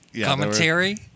commentary